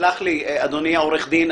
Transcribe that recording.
סלח לי, אדוני העורך דין.